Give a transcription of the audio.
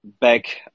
back